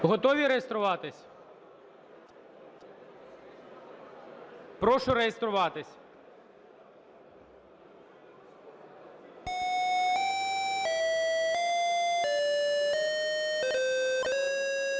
Готові реєструватись? Прошу реєструватись.